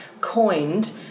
coined